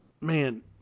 Man